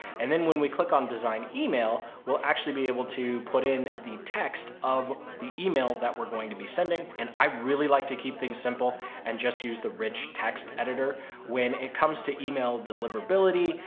and then when we click on design email, we'll actually be able to put in the text of the email that we're going to be sending. and i really like to keep things simple and just use the rich text editor when it comes to email deliverability.